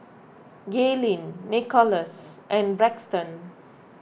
Gaylene Nikolas and Braxton